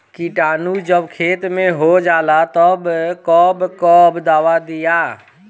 किटानु जब खेत मे होजाला तब कब कब दावा दिया?